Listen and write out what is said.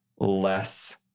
less